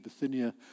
Bithynia